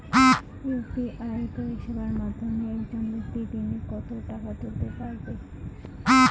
UPI পরিষেবার মাধ্যমে একজন ব্যাক্তি দিনে কত টাকা তুলতে পারবে?